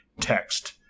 text